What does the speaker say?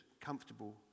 comfortable